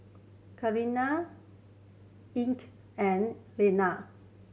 Kenney Ike and Linnea